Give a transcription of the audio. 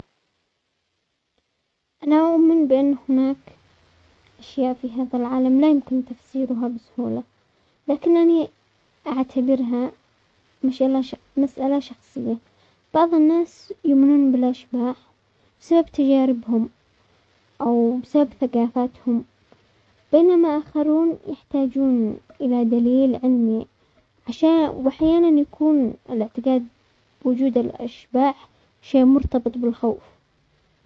انا ومن بين هناك اشياء في هذا العالم لا يمكن تفسيرها بسهولة، لكنني اعتبرها مش انا مسألة شخصية، بعض الناس يؤمنون بالاشباح بسبب تجاربهم، ومسبب ثقافتهم بينما اخرون يحتاجون الى دليل علمي عش- واحيانا يكون الاعتقاد بوجود الاشباح شيء مرتبط بالخوف.